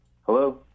Hello